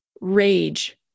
rage